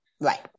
Right